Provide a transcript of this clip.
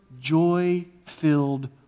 joy-filled